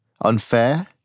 Unfair